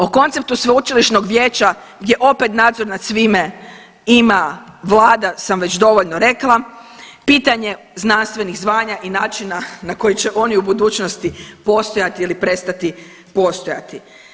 O konceptu sveučilišnog vijeća gdje opet nadzor nad svime ima vlada sam već dovoljno rekla, pitanje znanstvenih zvanja i načina na koji će oni u budućnosti postojati ili prestati postojati.